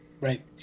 Right